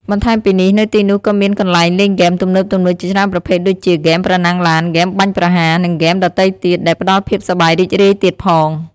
បន្ថែមពីនេះ នៅទីនោះក៏មានកន្លែងលេងហ្គេមទំនើបៗជាច្រើនប្រភេទដូចជា ហ្គេមប្រណាំងឡាន ហ្គេមបាញ់ប្រហារ និងហ្គេមដទៃទៀត ដែលផ្ដល់ភាពសប្បាយរីករាយទៀតផង។